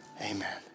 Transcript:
amen